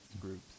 groups